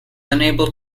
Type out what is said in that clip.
unable